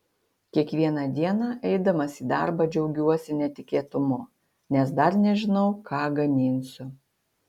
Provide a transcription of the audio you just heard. kiekvieną dieną eidamas į darbą džiaugiuosi netikėtumu nes dar nežinau ką gaminsiu